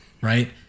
right